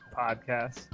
podcast